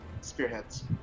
Spearheads